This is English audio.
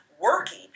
working